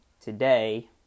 today